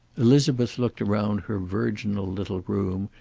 elizabeth looked around her virginal little room,